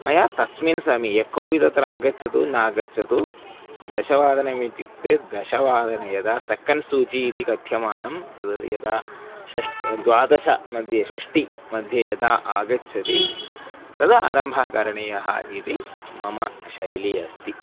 मया तस्मिन् समये यःकोपि तत्र आगच्छतु नागच्छतु दशवादनम् इत्युक्ते दशवादने यदा सेकण्ड् सूची इति कथ्यमानं तद् यदा षष्ठं द्वादश मध्ये षष्टिमध्ये यदा आगच्छति तदा आरम्भः करणीयः इति मम शैली अस्ति